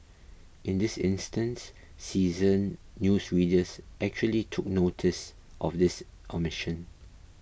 in this instance seasoned news readers actually took noticed of this omission